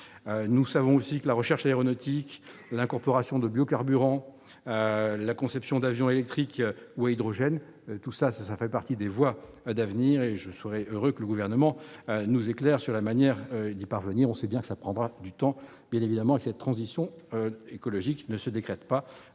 Nous savons aussi que la recherche aéronautique, l'incorporation de biocarburants et la conception d'avions électriques ou fonctionnant à l'hydrogène constituent des voies d'avenir. Je serais heureux que le Gouvernement nous éclaire sur la manière d'y parvenir. Nous savons bien que cela prendra du temps et que, bien évidemment, cette transition écologique ne se décrète pas,